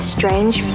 Strange